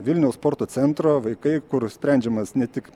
vilniaus sporto centro vaikai kur sprendžiamas ne tik